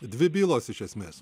dvi bylos iš esmės